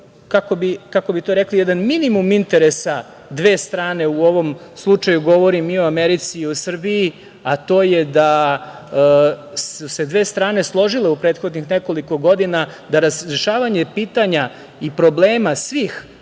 kako bi to rekli, jedan minimum interesa dve strane. U ovom slučaju govorim i o Americi i o Srbiji, a to je da se su se dve strane složile u prethodnih nekoliko godina da razrešavanje pitanja i problema svih